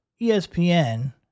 ESPN